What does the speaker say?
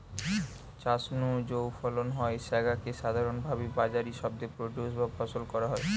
চাষ নু যৌ ফলন হয় স্যাগা কে সাধারণভাবি বাজারি শব্দে প্রোডিউস বা ফসল কয়া হয়